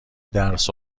درس